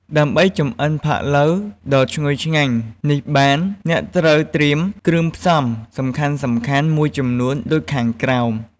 ដើម្បីចម្អិនផាក់ឡូវដ៏ឈ្ងុយឆ្ងាញ់នេះបាន អ្នកត្រូវត្រៀមគ្រឿងផ្សំសំខាន់ៗមួយចំនួនដូចខាងក្រោម។